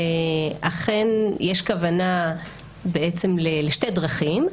אכן יש כוונה לשתי דרכים: